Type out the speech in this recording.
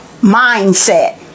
mindset